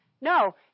No